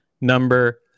number